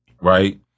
right